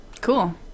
Cool